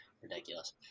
ridiculous